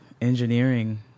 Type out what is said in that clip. engineering